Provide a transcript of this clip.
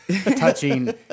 touching